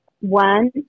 One